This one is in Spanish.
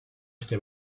este